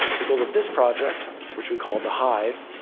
the goal of this project, which we called the hive,